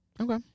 Okay